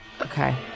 Okay